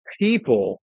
people